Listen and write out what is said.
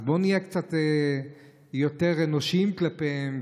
אז בואו נהיה קצת יותר אנושיים כלפיהם.